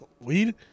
weed